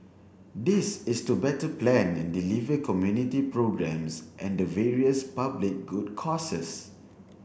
this is to better plan and deliver community programmes and the various public good causes